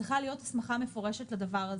צריכה להיות הסמכה מפורשת לדבר הזה.